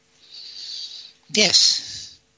Yes